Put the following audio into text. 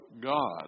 God